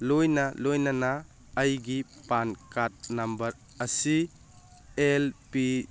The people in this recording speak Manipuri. ꯂꯣꯏꯅ ꯂꯣꯏꯅꯅ ꯑꯩꯒꯤ ꯄꯥꯟ ꯀꯥꯔꯗ ꯅꯝꯕꯔ ꯑꯁꯤ ꯑꯦꯜ ꯄꯤ